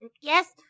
Yes